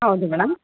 ಹೌದು ಮೇಡಮ್